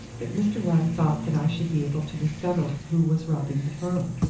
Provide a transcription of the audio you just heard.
but mr. lyne thought that i should be able to discover who was robbing the firm.